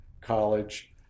College